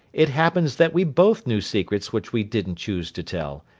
it happens that we both knew secrets which we didn't choose to tell,